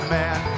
man